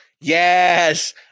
yes